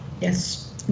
Yes